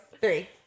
three